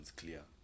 clear